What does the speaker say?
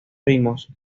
ritmos